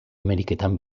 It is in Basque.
ameriketan